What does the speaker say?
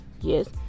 yes